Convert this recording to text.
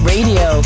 Radio